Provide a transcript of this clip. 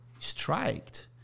striked